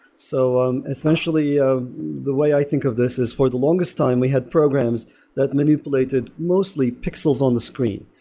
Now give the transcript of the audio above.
so um essentially, ah the way i think of this is for the longest time we had programs that manipulated most pixels on the screen.